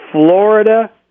Florida